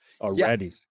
already